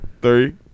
Three